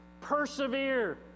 Persevere